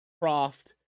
Croft